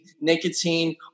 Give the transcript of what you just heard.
nicotine